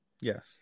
Yes